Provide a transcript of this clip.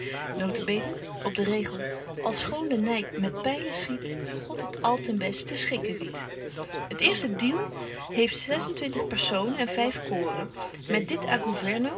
op den regel all schoon de nyd met pylen schiet god t all ten best te schikken wiet het eerste diel heeft zesentwintig personen en vyf choren met dit